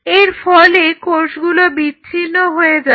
এরফলে কোষগুলো বিচ্ছিন্ন হয়ে যাবে